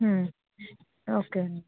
okay